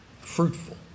fruitful